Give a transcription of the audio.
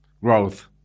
growth